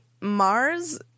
Mars